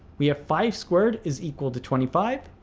we have five squared is equal to twenty five.